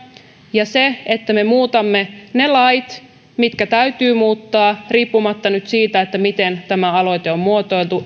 ja se että me muutamme ne lait mitkä täytyy muuttaa eli tavoitteen saavuttaminen riippumatta nyt siitä miten tämä aloite on muotoiltu